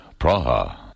Praha